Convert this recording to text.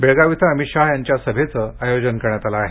बेळगाव इथं अमित शहा यांच्या सभेचं आयोजन करण्यात आलं आहे